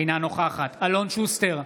אינה נוכחת אלון שוסטר,